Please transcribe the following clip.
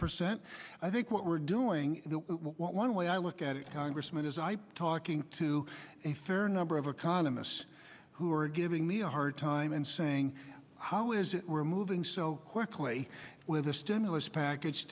percent i think what we're doing one way i look at it congressman is i talking to a fair number of economists who are giving me a hard time and saying how is it we're moving so quickly with the stimulus package